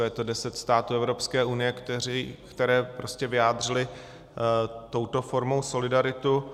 Je to deset států Evropské unie, které prostě vyjádřily touto formou solidaritu.